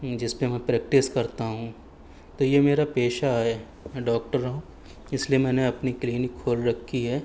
جس پہ میں پریکٹس کرتا ہوں تو یہ میرا پیشہ ہے میں ڈاکٹر ہوں اس لیے میں نے اپنی کلینک کھول رکھی ہے